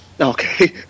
Okay